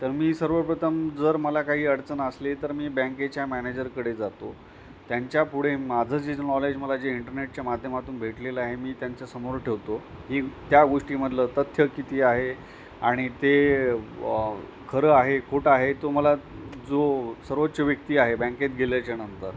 तर मी सर्वप्रथम जर मला काही अडचण असली तर मी बँकेच्या मॅनेजरकडे जातो त्यांच्यापुढे माझं जे ज् नॉलेज मला जे इंटरनेटच्या माध्यमातून भेटलेलं आहे मी त्यांच्यासमोर ठेवतो की त्या गोष्टीमधलं तथ्य किती आहे आणि ते खरं आहे खोटं आहे तो मला जो सर्वोच्च व्यक्ती आहे बँकेत गेल्याच्यानंतर